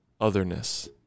Otherness